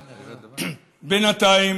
בינתיים,